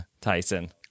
Tyson